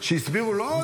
שהסבירו: לא,